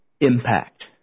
impact